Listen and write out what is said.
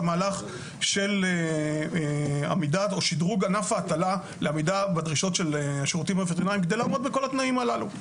המהלך של שדרוג ענף ההטלה כדי לעמוד בכל התנאים הללו.